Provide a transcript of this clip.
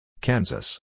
Kansas